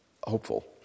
hopeful